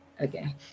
okay